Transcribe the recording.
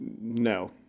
no